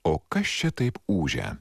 o kas čia taip ūžia